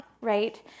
right